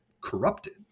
corrupted